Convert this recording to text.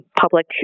public